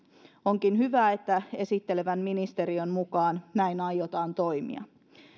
onkin hyvä että esittelevän ministeriön mukaan näin aiotaan toimia